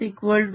dSEMF